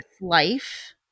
Life